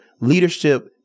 leadership